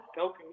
okay